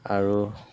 আৰু